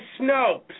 Snopes